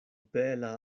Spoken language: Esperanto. bela